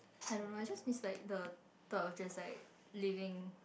I don't know I just miss like the the just like living